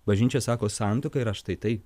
bažnyčia sako santuokai yra štai tai